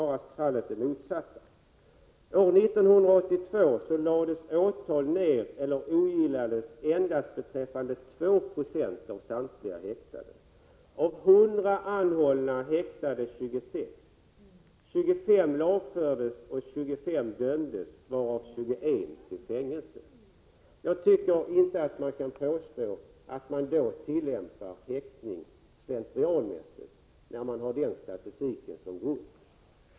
År 1982 lades åtal ned eller ogillades endast beträffande 2 96 av samtliga häktade. Av 100 anhållna häktades 26, lagfördes 25 och dömdes 25, varav 21 till fängelse. Med den statistiken som grund kan man inte påstå att häktning tillämpas slentrianmässigt.